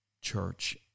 church